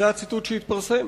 זה הציטוט שהתפרסם,